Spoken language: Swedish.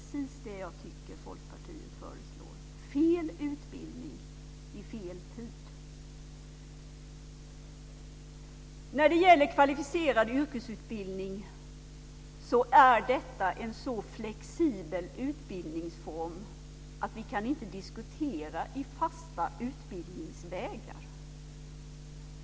Tänk, det är precis det jag tycker att Kvalificerad yrkesutbildning är en så flexibel utbildningsform att vi inte kan diskutera i termer av fasta utbildningsvägar.